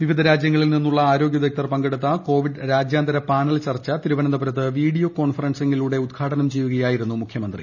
വിവിധ രാജ്യങ്ങളിൽ ്നിന്നുള്ള ആരോഗ്യവിദഗ്ധർ പങ്കെടു ത്ത കോവിഡ് രാജ്യാന്തര പാനൽ ചർച്ച തിരുവനന്തപുരത്ത് വീഡിയോ കോൺഫറൻസിംഗിലൂടെ ഉദ്ഘാടനം ചെയ്യുക യായിരുന്നു മുഖ്യമന്ത്രി